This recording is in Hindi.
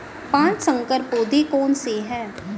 पाँच संकर पौधे कौन से हैं?